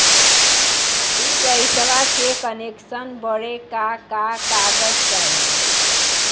इ गइसवा के कनेक्सन बड़े का का कागज चाही?